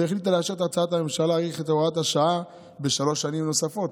והחליטה לאשר את הצעת הממשלה להאריך את הוראת השעה בשלוש שנים נוספות.